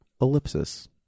ellipsis